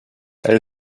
elle